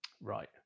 right